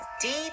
deep